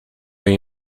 jej